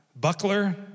Buckler